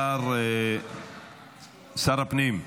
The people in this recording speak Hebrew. שר הפנים,